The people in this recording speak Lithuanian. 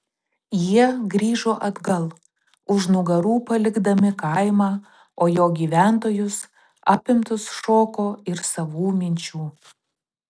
jie grįžo atgal už nugarų palikdami kaimą o jo gyventojus apimtus šoko ir savų minčių